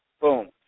boom